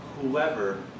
whoever